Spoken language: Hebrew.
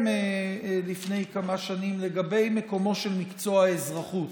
לפני כמה שנים לגבי מקומו של מקצוע האזרחות,